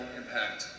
impact